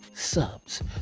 subs